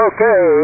Okay